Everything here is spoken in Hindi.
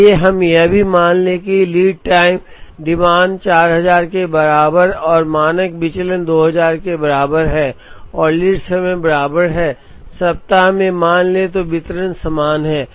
आइए हम यह भी मान लें कि लीड टाइम डिमांड 4000 के बराबर और मानक विचलन 2000 के बराबर है और लीड समय बराबर है 1 सप्ताह में मान लें तो वितरण समान है